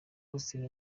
austin